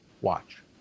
WATCH